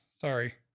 sorry